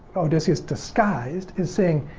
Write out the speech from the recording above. odysseus disguised is saying,